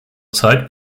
zeit